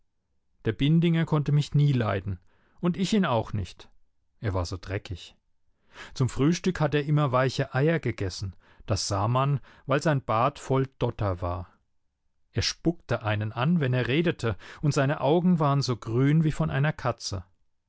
der bindinger konnte mich nie leiden und ich ihn auch nicht er war so dreckig zum frühstück hat er immer weiche eier gegessen das sah man weil sein bart voll dotter war er spuckte einen an wenn er redete und seine augen waren so grün wie von einer katze